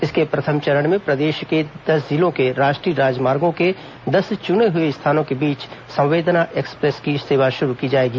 इसके प्रथम चरण में प्रदेश के दस जिलों के राष्ट्रीय राजमार्गों के दस चुने हुए स्थानों के बीच संवेदना एक्सप्रेस की सेवा शुरू की जाएगी